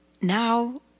Now